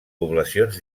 poblacions